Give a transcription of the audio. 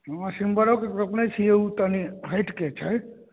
हँ सिमरोके रोपने छियै ओ तनि हटिके छै